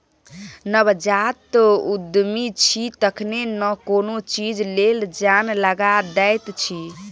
नवजात उद्यमी छी तखने न कोनो चीज लेल जान लगा दैत छी